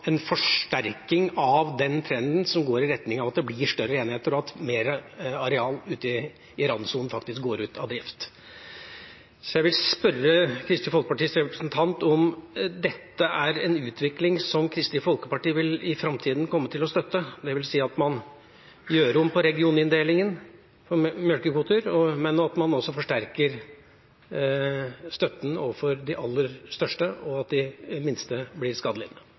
en forsterking av den trenden som går i retning av at det blir større enheter, og at mer areal ute i randsonen faktisk går ut av drift. Jeg vil spørre Kristelig Folkepartis representant om dette er en utvikling som Kristelig Folkeparti vil komme til å støtte i framtiden – dvs. at man gjør om på regioninndelingen for melkekvoter, men at man også forsterker støtten til de aller største, og at de minste blir